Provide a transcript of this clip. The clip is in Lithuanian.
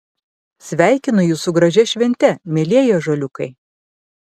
sveikinu jus su gražia švente mielieji ąžuoliukai